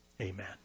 amen